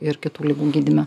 ir kitų ligų gydyme